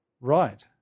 Right